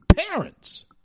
Parents